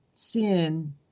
sin